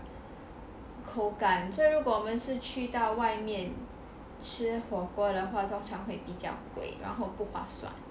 口感 so 如果我们是去到外面吃火锅的话通常会比较贵然后不划算